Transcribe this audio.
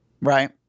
right